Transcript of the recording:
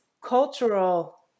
cultural